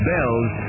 Bell's